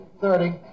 Thirty